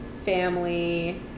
family